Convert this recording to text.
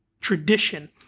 tradition